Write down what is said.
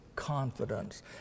confidence